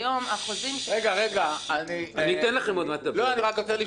רגע, אני רוצה רק לשאול אותו